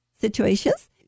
situations